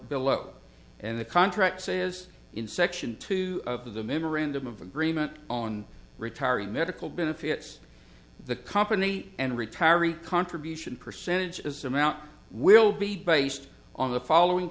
below and the contract says in section two of the memorandum of agreement on retiree medical benefits the company and retiree contribution percentages amount will be based on the following